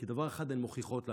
כי דבר אחד הן מוכיחות לנו: